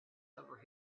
over